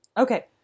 Okay